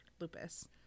Lupus